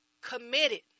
committed